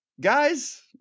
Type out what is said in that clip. guys